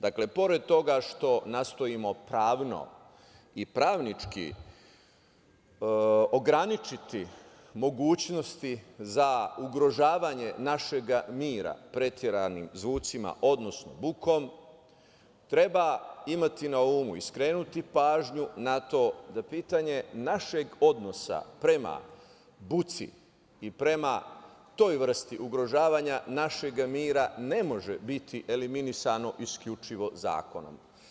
Dakle, pored toga što nastojimo pravno i pravnički ograničiti mogućnosti za ugrožavanje našeg mira preteranim zvucima, odnosno bukom, treba imati na umu i skrenuti pažnju na to da pitanje našeg odnosa prema buci i prema toj vrsti ugrožavanja našeg mira ne može biti eliminisano isključivo zakonom.